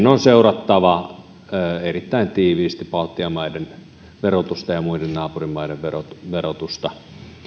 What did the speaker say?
on seurattava erittäin tiiviisti baltian maiden verotusta ja muiden naapurimaiden verotusta